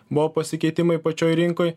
buvo pasikeitimai pačioj rinkoj